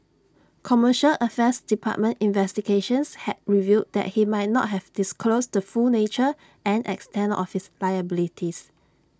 commercial affairs department investigations had revealed that he might not have disclosed the full nature and extent of his liabilities